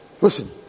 listen